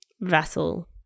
Vassal